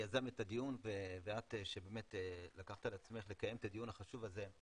שיזם את הדיון ואת שבאמת לקחת על עצמך לקיים את הדיון החשוב הזה.